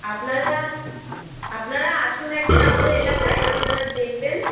আপনারা আপনারা আসুন একদিন আমাদের এলাকায় আপনারা দেখবেন